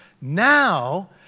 Now